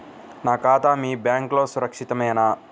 నా ఖాతా మీ బ్యాంక్లో సురక్షితమేనా?